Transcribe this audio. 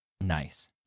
Nice